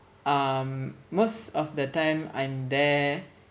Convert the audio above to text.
um most of the time I'm there